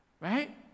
right